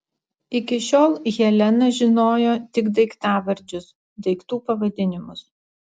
iki šiol helena žinojo tik daiktavardžius daiktų pavadinimus